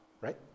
right